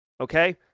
Okay